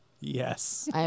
Yes